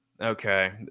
Okay